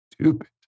stupid